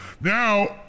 Now